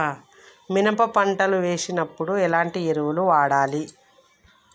మినప పంట వేసినప్పుడు ఎలాంటి ఎరువులు వాడాలి?